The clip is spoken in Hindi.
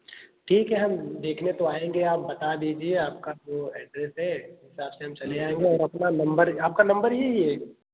ठीक है हम देखने तो आएंगे आप बता दीजिए आपका जो एड्रेस है हिसाब से हम चलें आएँगे और अपना नंबर आपका नंबर यही है